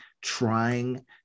trying